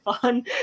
fun